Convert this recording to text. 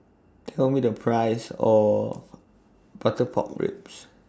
Tell Me The Price of Butter Pork Ribs